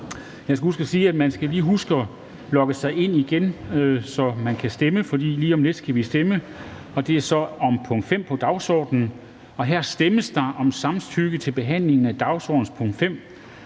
Jeg skal her sige, at man lige skal huske at logge sig ind igen, så man kan stemme, for lige om lidt skal vi stemme om punkt 5 på dagsordenen. Og her stemmes der altså om samtykke til behandling af dagsordenens punkt 5.